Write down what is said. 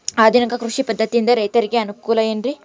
ಆಧುನಿಕ ಕೃಷಿ ಪದ್ಧತಿಯಿಂದ ರೈತರಿಗೆ ಅನುಕೂಲ ಏನ್ರಿ?